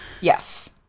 Yes